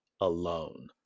alone